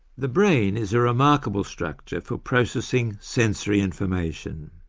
the brain is a remarkable structure for processing sensory information.